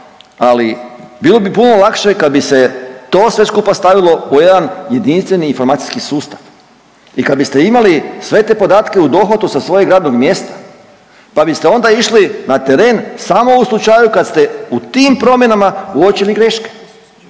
ali bilo bi puno lakše kad bi se to sve skupa stavilo u jedan jedinstveni informacijski sustav i kad biste imali sve te podatke u dohvatu sa svojeg radnog mjesta, pa biste onda išli na teren samo u slučaju kad ste u tim promjenama uočili greške,